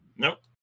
nope